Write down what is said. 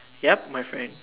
ya my friend